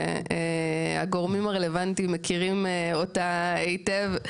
והגורמים הרלוונטיים מכירים אותה היטב,